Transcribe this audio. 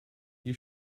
you